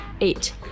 Eight